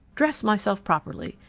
dress myself properly,